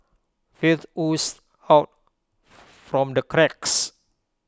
filth oozed out from the cracks